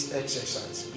exercise